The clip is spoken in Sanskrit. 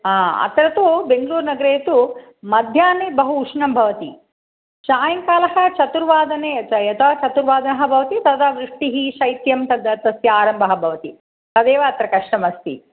हा अत्र तु बेङ्गलूर् नगरे तु मध्याह्ने बहु उष्णं भवति सायङ्कालः चतुर्वादने यतः यदा चतुर्वादनं भवति तदा वृष्टिः शैत्यं तद् तस्य आरम्भः भवति तदेव अत्र कष्टम् अस्ति